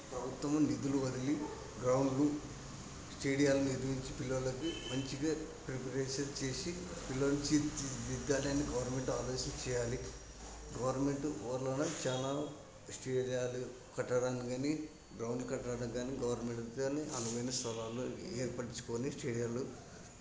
ప్రభుత్వము నిధులు వదిలి గ్రౌండ్లు స్టేడియాలని నిర్మించి పిల్లలకు మంచిగా ప్రిపరేషన్ చేసి పిల్లల్ని తీర్చిదిద్దాలని గవర్నమెంట్ ఆలోచన చేయాలి గవర్నమెంట్ ఓవర్లోనా చాలా స్టేడియాలు కట్టడానికి కానీ గ్రౌండ్ కట్టడానికి కానీ గవర్నమెంట్కి కానీ అనువైన స్థలాలు ఏర్పరచుకొని స్టేడియాలు